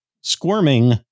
Squirming